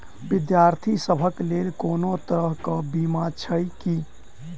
विद्यार्थी सभक लेल कोनो तरह कऽ बीमा छई की?